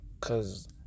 Cause